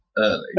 Early